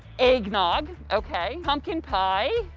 eggnog, okay, pumpkin pie,